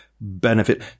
benefit